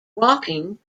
walking